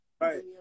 Right